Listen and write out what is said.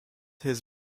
his